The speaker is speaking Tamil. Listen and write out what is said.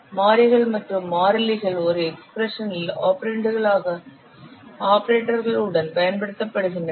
மாறிகள் மற்றும் மாறிலிகள் ஒரு எக்ஸ்பிரஷனில் ஆபரெண்டுகளாக ஆபரேட்டர்கள் உடன் பயன்படுத்தப்படுகின்றன